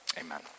Amen